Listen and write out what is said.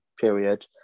period